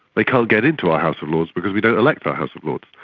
they can't get in to our house of lords because we don't elect our house of lords.